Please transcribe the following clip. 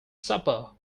supper